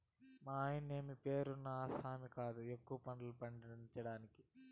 మాయన్నమే పేరున్న ఆసామి కాదు ఎక్కువ పంటలు పండించేదానికి